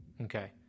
okay